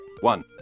One